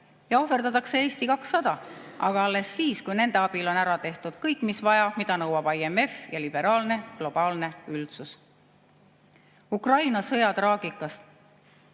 Ja ohverdatakse Eesti 200, aga alles siis, kui nende abil on ära tehtud kõik, mis vaja, mida nõuab IMF ja liberaalne globaalne üldsus. Ukraina sõja traagikast